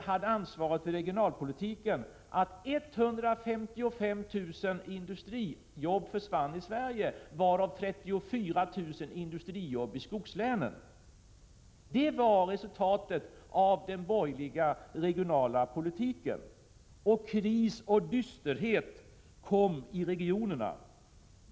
hade ansvaret för regionalpolitiken, försvann 155 000 industrijobb i Sverige, varav 34 000 i skogslänen. Det var resultatet av den borgerliga regionala politiken, och kris och dysterhet följde i regionerna.